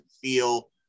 feel